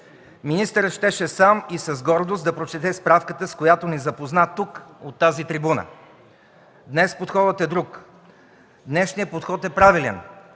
министърът щеше сам и с гордост да прочете справката, с която ни запозна тук, от тази трибуна. Днес подходът е друг. Днешният подход е правилен.